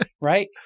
Right